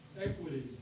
equity